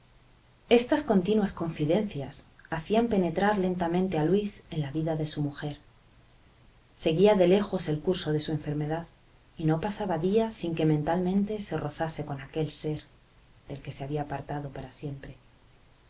estas continuas confidencias hacían penetrar lentamente a luis en la vida de su mujer seguía de lejos el curso de su enfermedad y no pasaba día sin que mentalmente se rozase con aquel ser del que se había apartado para siempre